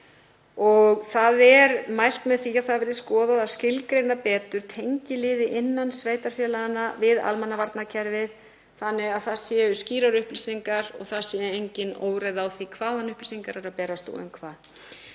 og mælt er með því að það verði skoðað að skilgreina betur tengiliði innan sveitarfélaganna við almannavarnakerfið þannig að það séu skýrar upplýsingar og engin óreiða á því hvaðan upplýsingar eru að berast og um hvað.